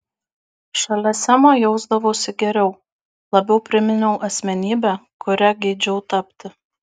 šalia semo jausdavausi geriau labiau priminiau asmenybę kuria geidžiau tapti